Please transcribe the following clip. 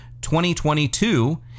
2022